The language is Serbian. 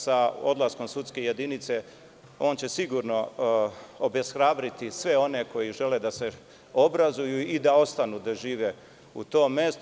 Sa odlaskom sudske jedinice, on će sigurno obeshrabriti sve one koji žele da se obrazuju i da ostanu da žive u tom mestu.